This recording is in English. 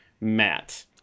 Matt